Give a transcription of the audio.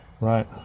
Right